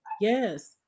Yes